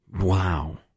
Wow